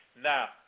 Now